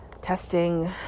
testing